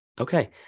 Okay